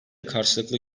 karşılıklı